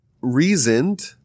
reasoned